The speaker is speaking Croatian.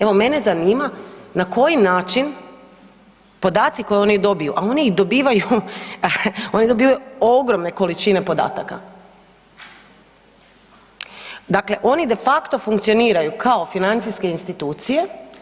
Evo, mene zanima na koji način podaci koje oni dobiju, a oni ih dobivaju ogromne količine podataka, dakle oni de facto funkcioniraju kao financijske institucije.